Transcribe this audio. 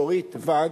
דורית ואג,